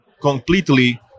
completely